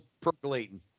percolating